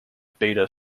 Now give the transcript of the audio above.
beta